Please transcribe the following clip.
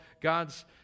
god's